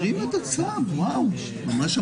נקודת המוצא שלנו היא צווארי הבקבוק באותם תיקים,